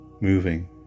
moving